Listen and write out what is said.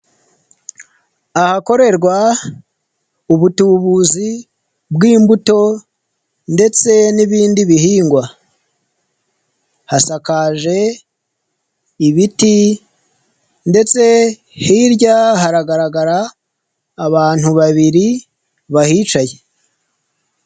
Ahakorerwa ubutubuzi bw'imbuto ndetse n'ibindi bihingwa, hasakaje ibiti ndetse hirya haragaragara abantu babiri bahicaye.